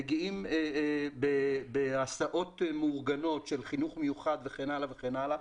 מגיעים בהסעות מאורגנות של חינוך מיוחד וכן הלאה וכן הלאה.